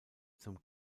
zum